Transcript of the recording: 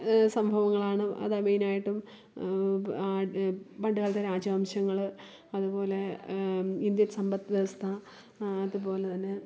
സംഭവങ്ങളാണ് അതു മെയിനായിട്ടും പണ്ടു കാലത്തെ രാജവംശങ്ങൾ അതുപോലെ ഇന്ത്യൻ സമ്പദ് വ്യവസ്ഥ അതുപോലെതന്നെ